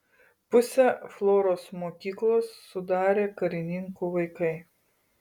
pusę floros mokyklos sudarė karininkų vaikai